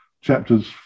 chapters